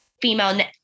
female